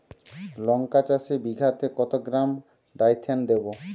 লঙ্কা চাষে বিঘাতে কত গ্রাম ডাইথেন দেবো?